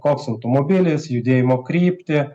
koks automobilis judėjimo kryptį